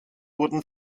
wurden